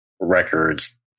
records